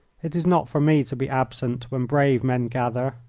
it is not for me to be absent when brave men gather.